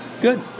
Good